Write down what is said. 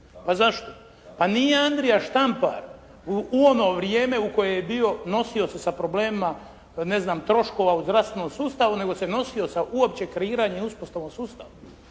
Pa zašto? Pa nije Andrija Štampar u ono vrijeme u koje je bio, nosio se sa problemima ne znam troškova u zdravstvenom sustavu nego se nosio sa uopće kreiranjem i uspostavom sustava.